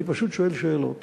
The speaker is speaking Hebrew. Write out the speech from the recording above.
אני פשוט שואל שאלות.